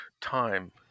time